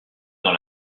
dans